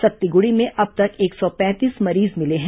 सत्तीगुड़ी में अब तक एक सौ पैंतीस मरीज मिले हैं